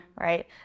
right